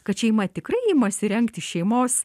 kad šeima tikrai imasi rengti šeimos